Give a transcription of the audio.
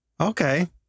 okay